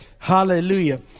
hallelujah